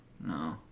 No